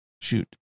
shoot